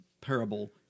parable